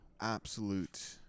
absolute